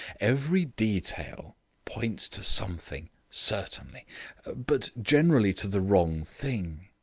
every detail points to something, certainly but generally to the wrong thing.